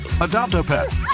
Adopt-a-Pet